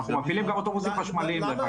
אנחנו מפעילים גם אוטובוסים חשמליים דרך אגב.